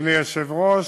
אדוני היושב-ראש,